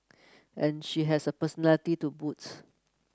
and she has a personality to boot